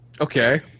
Okay